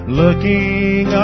looking